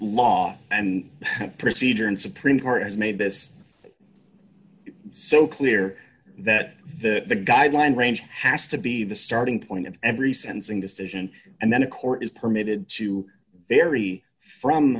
law and procedure and supreme court has made this so clear that the the guideline range has to be the starting point of every sensing decision and then a court is permitted to vary from